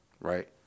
right